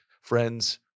friends